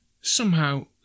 Somehow